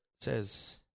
says